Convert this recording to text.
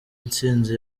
intsinzi